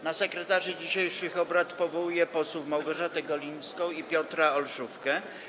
Na sekretarzy dzisiejszych obrad powołuję posłów Małgorzatę Golińską i Piotra Olszówkę.